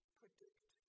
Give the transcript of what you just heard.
predict